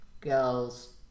girls